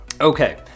Okay